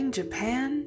japan